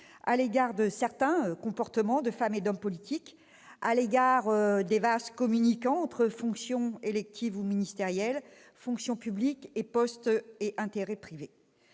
seulement de certains comportements de femmes et d'hommes politiques, mais aussi des vases communicants entre fonctions électives ou ministérielles, fonction publique et postes et intérêts privés.